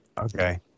Okay